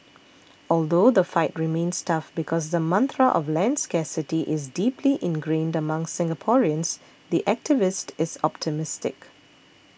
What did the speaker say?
although the fight remains tough because the mantra of land scarcity is deeply ingrained among Singaporeans the activist is optimistic